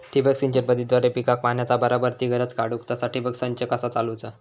ठिबक सिंचन पद्धतीद्वारे पिकाक पाण्याचा बराबर ती गरज काडूक तसा ठिबक संच कसा चालवुचा?